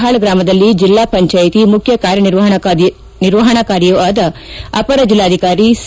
ಪಾಳ್ ಗ್ರಾಮದಲ್ಲಿ ಜಿಲ್ಲಾ ಪಂಚಾಯಿತಿ ಮುಖ್ಯ ಕಾರ್ಯನಿರ್ವಪಣಾಧಿಕಾರಿಯೂ ಆದ ಅಪರ ಜಿಲ್ಲಾಧಿಕಾರಿ ಸಿ